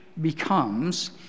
becomes